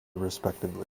respectively